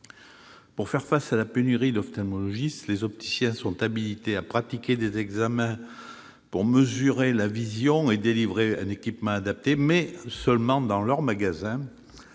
Pour faire face à la pénurie d'ophtalmologistes, les opticiens sont habilités à pratiquer des examens pour mesurer la vision et délivrer un équipement adapté, mais seulement dans leur magasin